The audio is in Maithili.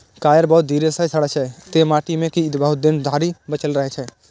कॉयर बहुत धीरे सं सड़ै छै, तें माटि मे ई बहुत दिन धरि बचल रहै छै